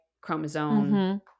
chromosome